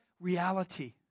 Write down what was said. reality